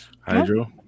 Hydro